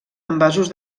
envasos